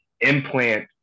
implant